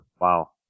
Wow